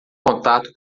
contato